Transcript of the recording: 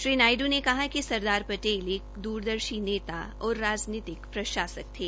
श्री नायडू ने कहा कि सरदार पटेल एक द्रदर्शी नेता और राजनीतिक प्रशासक थे